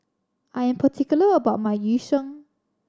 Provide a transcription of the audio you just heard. I am particular about my Yu Sheng